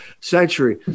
century